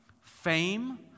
fame